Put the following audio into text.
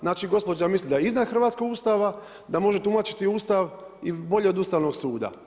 Znači, gospođa misli da je izvan hrvatskog Ustava, da može tumačiti Ustav i bolje od Ustavnog suda.